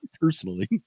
Personally